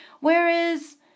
Whereas